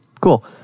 Cool